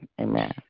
Amen